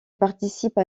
participe